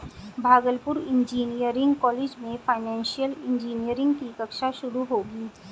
Bhagalpur engineering college में financial engineering की कक्षा शुरू होगी